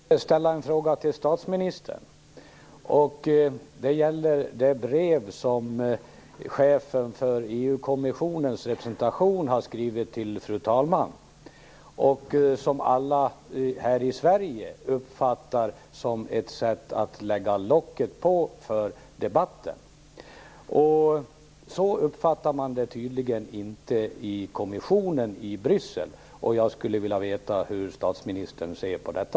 Fru talman! Jag vill ställa en fråga till statsministern. Det gäller det brev som chefen för EU kommissionens representation har skrivit till fru talmannen och som alla här i Sverige uppfattar som ett sätt att lägga locket på för debatten. Så uppfattar man det tydligen inte i kommissionen i Bryssel. Jag skulle vilja veta hur statsministern ser på detta.